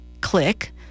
click